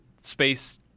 space